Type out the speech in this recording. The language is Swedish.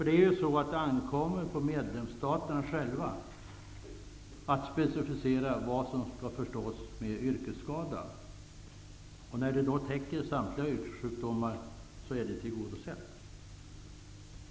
Det ankommer ju på medlemsstaterna att själva specificera vad som skall förstås med yrkesskada, och när definitionen täcker samtliga yrkessjukdomar är behovet tillgodosett.